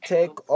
Take